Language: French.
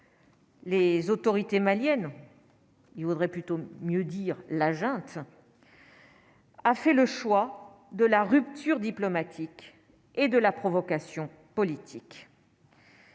Les autorités maliennes, il faudrait plutôt mieux dire la junte. A fait le choix de la rupture diplomatique et de la provocation politique.